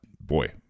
boy